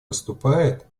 выступает